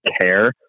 care